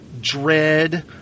dread